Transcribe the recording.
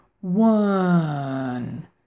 one